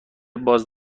باز